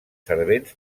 servents